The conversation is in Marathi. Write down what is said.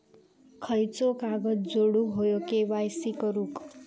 खयचो कागद जोडुक होयो के.वाय.सी करूक?